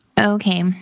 Okay